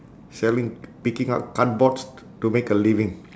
selling picking up cardboards to make a living